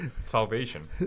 salvation